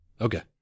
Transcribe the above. Okay